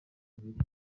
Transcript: bubiri